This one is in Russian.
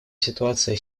ситуация